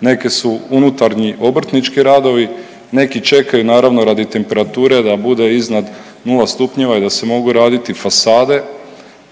neke su unutarnji obrtnički radovi, neki čekaju naravno, radi temperature da bude iznad 0 stupnjeva i da se mogu raditi fasade,